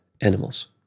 animals